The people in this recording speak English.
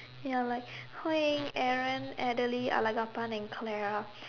ya like Hui-Ying Aaron Adelie Alagapan and Clara